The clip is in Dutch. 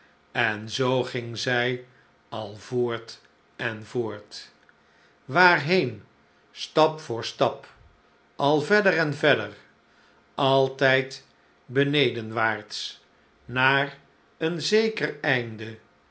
en zoo ging zij al voort en voort waarheen stap voor stap al verder en verder altijd benedenwaarts naar een zeker einde